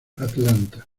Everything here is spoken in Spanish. atlanta